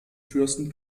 fürsten